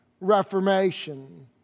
Reformation